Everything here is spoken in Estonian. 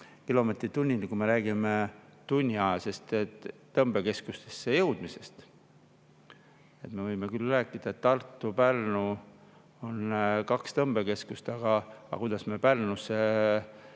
kilomeetrit tunnis, kui me räägime tunni ajaga tõmbekeskusesse jõudmisest. Me võime küll rääkida, et Tartu ja Pärnu on kaks tõmbekeskust, aga kui kiiresti me Pärnusse